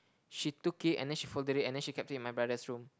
she took it and then she folded it and then she kept it in my brother's room